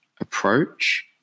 approach